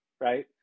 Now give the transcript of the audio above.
right